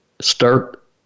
start